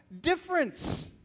difference